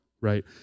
right